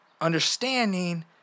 understanding